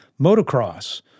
motocross